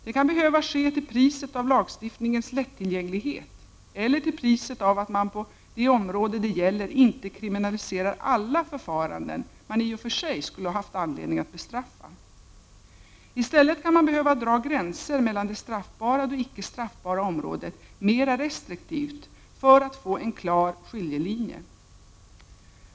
Det kan behöva ske till priset av lagstiftningens lättillgänglighet eller till priset av att man på det område det gäller inte kriminaliserar alla förfaranden man i och för sig skulle haft anledning att bestraffa. I stället kan man behöva dra gränser mellan det straffbara och det inte straffbara området mera restriktivt för att få en klar skiljelinje.